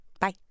Bye